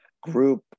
group